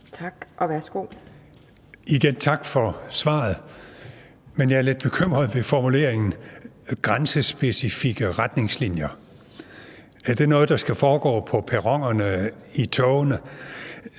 Haarder (V): Igen, tak for svaret. Men jeg er lidt bekymret ved formuleringen grænsespecifikke retningslinjer. Er det noget, der skal foregå på perronerne, i togene?